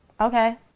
Okay